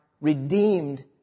redeemed